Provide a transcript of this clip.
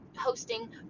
hosting